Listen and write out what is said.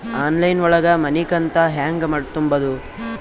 Online ಒಳಗ ಮನಿಕಂತ ಹ್ಯಾಂಗ ತುಂಬುದು?